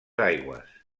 aigües